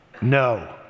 No